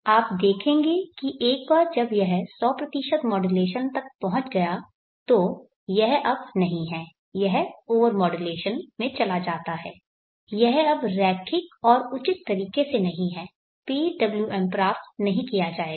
आप देखेंगे कि एक बार जब यह 100 मॉड्यूलेशन तक पहुंच गया तो यह अब नहीं है यह ओवर मॉडुलेशन में चला जाता है यह अब रैखिक और उचित तरीके से नहीं है PWM प्राप्त नहीं किया जाएगा